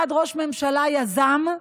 אחד ראש ממשלה יזם,